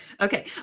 Okay